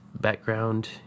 background